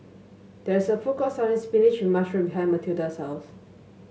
there is a food court selling spinach with mushroom behind Mathilda's house